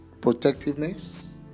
protectiveness